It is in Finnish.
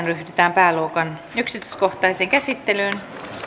ryhdytään pääluokan yksityiskohtaiseen käsittelyyn